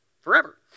forever